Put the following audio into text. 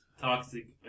toxic